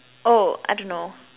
oh I don't know